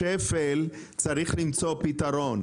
שבשפל צריך למצוא פתרון.